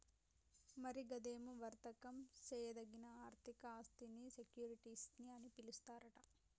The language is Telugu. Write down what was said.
మరి గదేమో వర్దకం సేయదగిన ఆర్థిక ఆస్థినీ సెక్యూరిటీస్ అని పిలుస్తారట